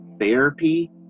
therapy